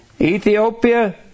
Ethiopia